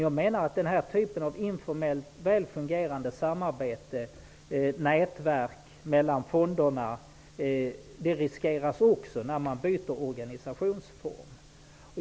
Jag menar att denna typ av informellt samarbete, detta nätverk mellan fonderna, riskeras när man byter organisationsform.